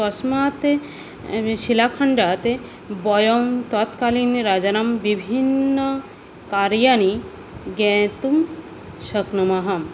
तस्मात् शिलाखण्डात् वयं तत्कालीनराजानां विभिन्नकार्याणि ज्ञातुं शक्नुमः